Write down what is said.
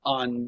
on